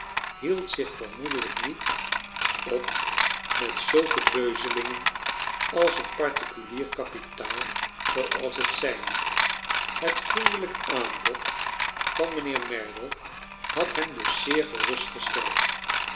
hield zich vermoedelijk niet op met zulke beuzelingen als een particulier kapitaal zooals het zijne het vriendelijk aanbod van mijnheer merdle had hem dus zeer